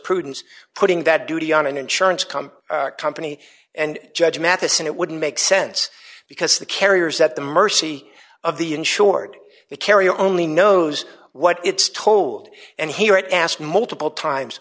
prudence putting that duty on an insurance company company and judge mathis and it wouldn't make sense because the carriers at the mercy of the insured the carrier only knows what it's told and hear it asked multiple times